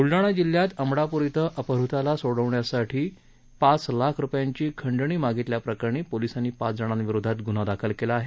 ब्लडाणा जिल्ह्यात अमडाप्र इथं अपतहताला सोडण्यासाठी पाच लाख रुपयांची खंडणी मागितल्याप्रकरणी पोलिसांनी पाच जणांविरोधात ग्न्हा दाखल केला आहे